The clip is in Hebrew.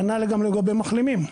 כנ"ל גם לגבי מחלימים.